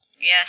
Yes